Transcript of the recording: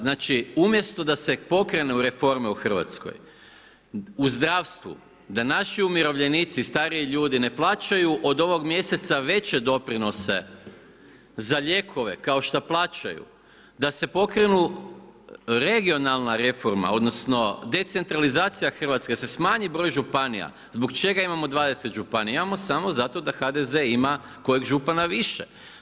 Znači, umjesto da se pokrenu reforme u Hrvatskoj, u zdravstvu, da naši umirovljenici, stariji ljudi ne plaćaju od ovog mjeseca veće doprinose za lijekove kao šta plaćaju, da se pokrene regionalna reforma odnosno decentralizacija Hrvatske, da se smanji broj županija, zbog čega imamo 20 županija, imamo zato da HDZ ima kojeg župana više.